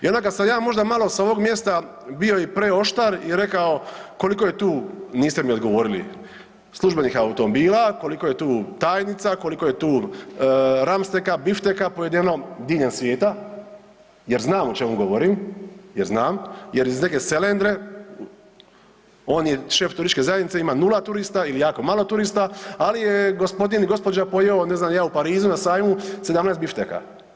I onda kad sam ja možda malo s ovog mjesta bio i preoštar i rekao koliko je tu, niste mi odgovorili, službenih automobila, koliko je tu tajnica, koliko je tu ramsteka, bifteka pojedeno diljem svijeta jer znam o čemu govorim, jer znam, jer iz neke selendre on je šef turističke zajednice, ima 0 turista ili jako malo turista, ali je gospodin i gospođa pojeo, ne znam ni ja, u Parizu na sajmu 17 bifteka.